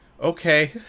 okay